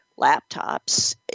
laptops